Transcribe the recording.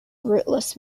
rootless